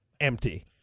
Empty